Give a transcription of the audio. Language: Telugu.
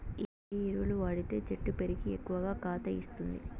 ఏ ఎరువులు వాడితే చెట్టు పెరిగి ఎక్కువగా కాత ఇస్తుంది?